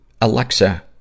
Alexa